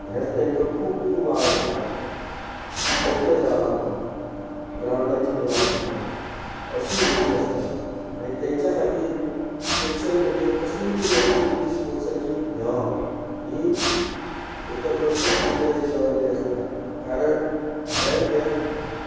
हेच तांकां खूब खूब आवडटा एकटेच रावप ग्रावंडाचेर येवप ना अशीं भुरगीं आसता आनी तेंच्या खातीर स्पेशल म्हणजे कसली तरी एक्टिविटी स्पोर्ट्साची घेवप ही एका प्रत्येक टिचराची जबाबदारी आसता कारण हेल्थ दें